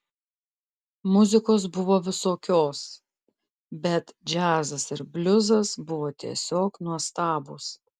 muzikos buvo visokios bet džiazas ir bliuzas buvo tiesiog nuostabūs